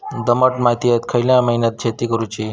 दमट मातयेत खयल्या महिन्यात शेती करुची?